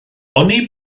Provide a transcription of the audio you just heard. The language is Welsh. oni